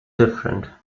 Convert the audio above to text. different